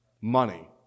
Money